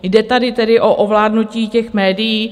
Jde tady tedy o ovládnutí těch médií?